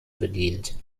bedient